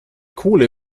kohle